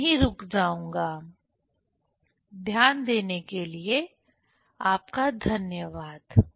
मैं यहीं रुक जाऊंगा ध्यान देने के लिए आपका धन्यवाद